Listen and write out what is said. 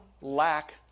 lack